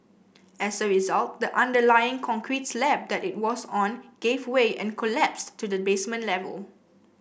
as a result the underlying concrete slab that it was on gave way and collapsed to the basement level